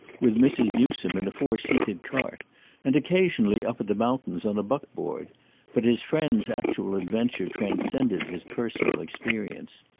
with mrs. newsome in a four-seated cart and, occasionally up at the mountains, on a buckboard but his friend's actual adventure transcended his personal experience.